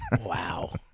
Wow